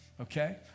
okay